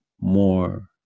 more